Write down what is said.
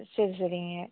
சரி சரிங்க